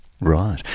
Right